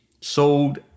sold